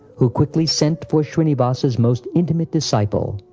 who quickly sent for shrinivas's most intimate disciple.